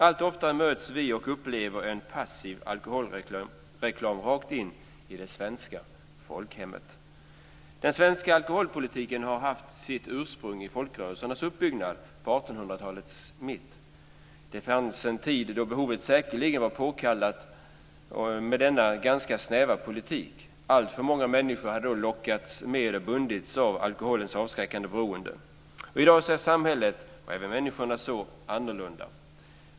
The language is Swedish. Allt oftare möts vi av och upplever en passiv alkoholreklam rakt in i det svenska folkhemmet. Den svenska alkoholpolitiken har haft sitt ursprung i folkrörelsernas uppbyggnad vid 1800-talets mitt. Det fanns en tid då det säkerligen fanns behov av denna ganska snäva politik. Alltför många människor hade då lockats med och bundits av alkoholens avskräckande beroende. I dag är samhället och även människorna annorlunda.